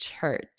Church